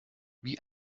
wie